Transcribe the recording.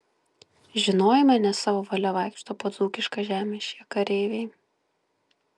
žinojome ne savo valia vaikšto po dzūkišką žemę šie kareiviai